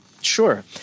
Sure